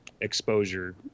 exposure